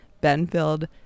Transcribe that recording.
Benfield